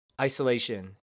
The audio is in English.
isolation